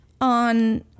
on